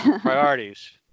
Priorities